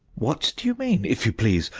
what do you mean, if you please,